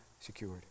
secured